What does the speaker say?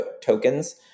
tokens